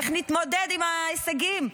איך נתמודד עם ההישגים?